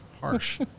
harsh